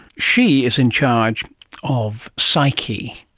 she is in charge of psyche,